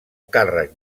càrrec